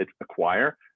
acquire